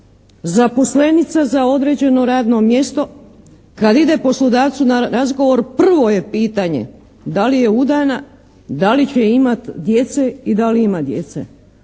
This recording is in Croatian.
zaposlenica za određeno radno mjesto kad ide poslodavcu na razgovor prvo je pitanje da li je udana, da li će imati djece i da li ima djece.